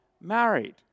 married